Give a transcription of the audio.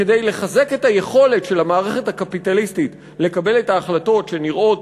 כדי לחזק את היכולת של המערכת הקפיטליסטית לקבל את ההחלטות שנראות